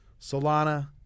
Solana